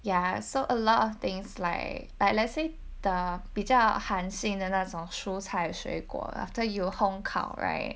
ya so a lot of things like like let's say the 比较寒性的那种蔬菜水果 after you 烘烤 right